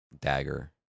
Dagger